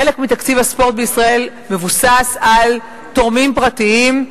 חלק מתקציב הספורט בישראל מבוסס על תורמים פרטיים,